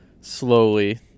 slowly